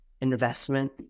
investment